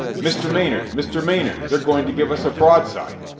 mr. maynard! mr. maynard! they're going to give us a broadside!